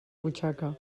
butxaca